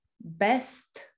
best